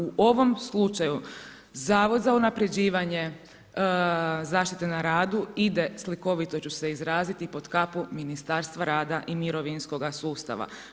U ovom slučaju zavod za unapređivanje zaštite na radu ide, slikovito ću se izraziti, pod kapu Ministarstva rada i mirovinskoga sustava.